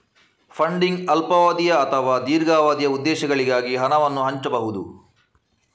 funding ಅಲ್ಪಾವಧಿಯ ಅಥವಾ ದೀರ್ಘಾವಧಿಯ ಉದ್ದೇಶಗಳಿಗಾಗಿ ಹಣವನ್ನು ಹಂಚಬಹುದು